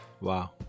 Wow